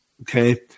okay